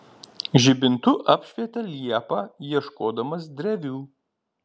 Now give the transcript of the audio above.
žibintu apšvietė liepą ieškodamas drevių